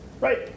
right